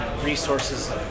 Resources